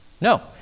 No